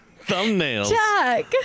thumbnails